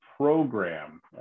program